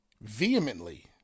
vehemently